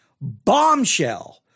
Bombshell